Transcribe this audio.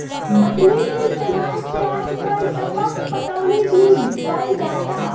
तकनीक के इस्तेमाल से आजकल टपक पटौनी भी कईल जाता